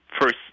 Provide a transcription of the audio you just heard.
first